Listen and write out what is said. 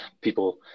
people